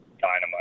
dynamite